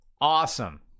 awesome